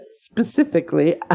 specifically